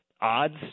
odds